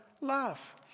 love